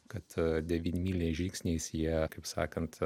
kad devynmyliais žingsniais jie kaip sakant